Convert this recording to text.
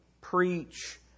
preach